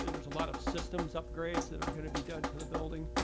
there's a lot of systems upgrades that are going to be done to the building,